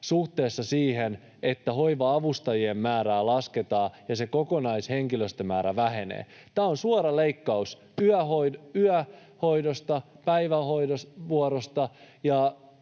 suhteessa siihen, että hoiva-avustajien määrää lasketaan ja se kokonaishenkilöstömäärä vähenee. Tämä on näin ollen suora leikkaus yöhoidosta, päivävuorosta.